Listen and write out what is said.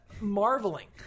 marveling